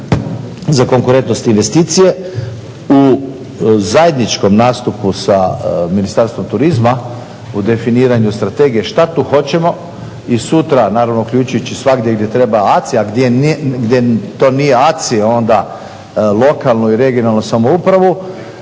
za konkurentnost investicije. U zajedničkom nastupu sa Ministarstvom turizma u definiranju strategije šta tu hoćemo i sutra naravno uključujući svagdje i gdje treba ACI a gdje to nije ACI onda lokalnu i regionalnu samoupravu